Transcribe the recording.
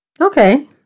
okay